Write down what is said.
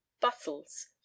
bustles